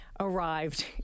arrived